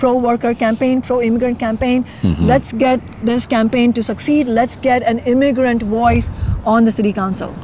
pro worker campaign for immigrant campaign let's get this campaign to succeed let's get an immigrant war on the city council